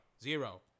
Zero